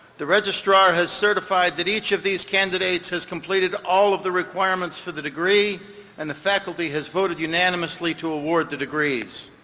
the registrar has certified that each of these candidates has completed all the requirements for the degree and the faculty has voted unaminmously to award the degrees.